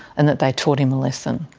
and that they taught him a lesson.